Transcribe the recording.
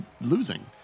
losing